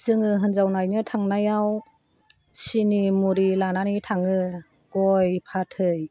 जोङो हिन्जाव नायनो थांनायाव सिनि मुरि लानानै थाङो गय फाथै